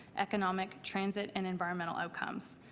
economic, transit and environmental outcomes.